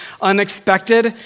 unexpected